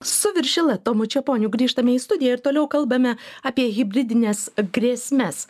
su viršila tomu čeponiu grįžtame į studiją ir toliau kalbame apie hibridines grėsmes